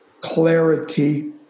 clarity